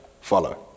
follow